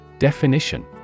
Definition